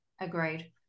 Agreed